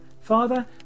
Father